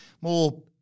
more